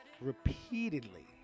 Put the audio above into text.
repeatedly